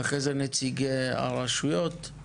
ואחר כך נציגי הרשויות.